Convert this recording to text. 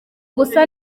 gusa